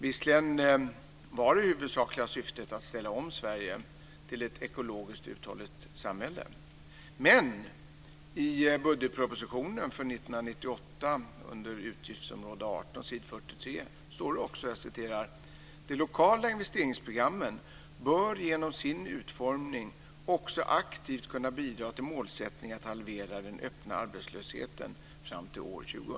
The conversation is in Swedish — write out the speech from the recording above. Visserligen var det huvudsakliga syftet att ställa om Sverige till ett ekologiskt uthålligt samhälle, men i budgetpropositionen för 1998 under utgiftsområde 18 står det: De lokala investeringsprogrammen bör genom sin utformning också aktivt kunna bidra till målsättningen att halvera den öppna arbetslösheten fram till år 2000.